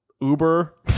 Uber